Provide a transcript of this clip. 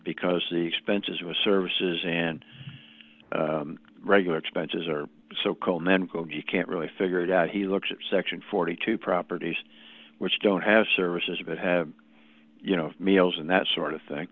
because the expenses were services in regular expenses or so called medical he can't really figure it out he looks at section forty two properties which don't have services but have you know meals and that sort of thing